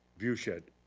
view shed.